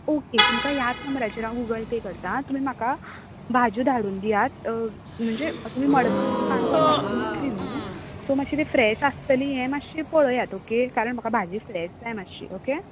okay तुमकां ह्याच नंबराचेर हांव गुगल पे करता तुमी म्हाका भाजयो धाडून दियात म्हणजे तुमी मडगांवच्यान काणकोण धाडून दितलीं नू सो मातशीं ती फ्रेश आसतली हें मातशें पळयता ओके कारण म्हाका भाजी फ्रेश जाय मातशी ओके